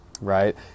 right